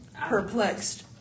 Perplexed